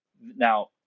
Now